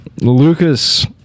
Lucas